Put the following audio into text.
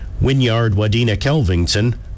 Winyard-Wadena-Kelvington